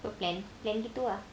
apa plan plan gitu ah